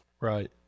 right